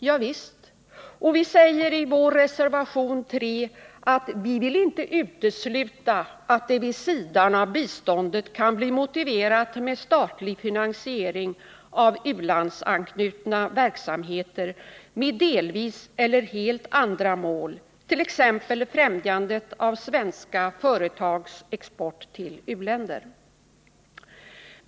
Javisst, och vi säger i reservation 3 att vi ”vill inte utesluta att det vid sidan av biståndet kan bli motiverat med statlig finansiering av u-landsanknutna verksamheter med delvis eller helt andra mål, t.ex. främjandet av svenska företags export till u-länder”.